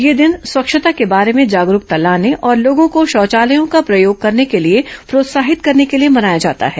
यह दिन स्वच्छता के बारे में जागरूकता लाने और लोगों को शौचालयों का प्रयोग करने के लिए प्रोत्साहित करने के लिए मनाया जाता है